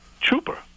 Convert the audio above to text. trooper